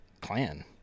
clan